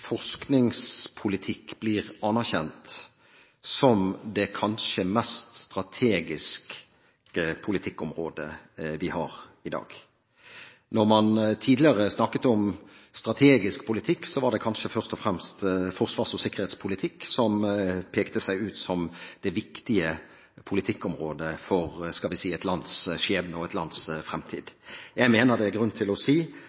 forskningspolitikk blir anerkjent som det kanskje mest strategiske politikkområdet vi har i dag. Når man tidligere snakket om strategisk politikk, var det kanskje først og fremst forsvars- og sikkerhetspolitikk som pekte seg ut som det viktige politikkområdet for – skal vi si – et lands skjebne og et lands fremtid. Jeg mener det er grunn til å si